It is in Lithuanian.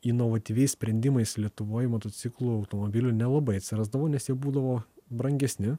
inovatyviais sprendimais lietuvoj motociklų automobilių nelabai atsirasdavo nes jie būdavo brangesni